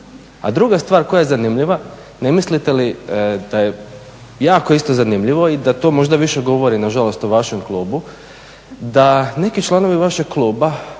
A druga stvar koja je zanimljiva ne mislite li da je jako isto zanimljivo i da to možda više govori nažalost o vašem klubu da neki članovi vašeg kluba